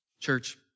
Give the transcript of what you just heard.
Church